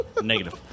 negative